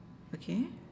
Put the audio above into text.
okay